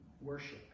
worship